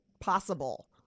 possible